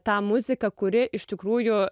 tą muziką kuri iš tikrųjų e